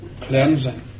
cleansing